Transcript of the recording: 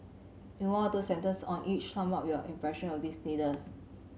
in one or two sentence on each sum up your impression of these leaders